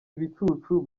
ibicucu